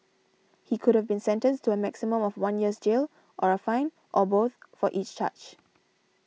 he could have been sentenced to a maximum of one year's jail or a fine or both for each charge